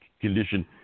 condition